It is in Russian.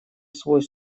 свой